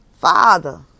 Father